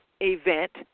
event